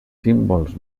símbols